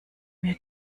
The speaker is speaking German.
mir